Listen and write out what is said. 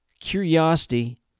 Curiosity